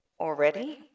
already